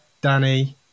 Danny